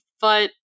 but-